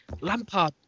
Lampard